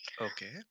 okay